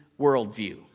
worldview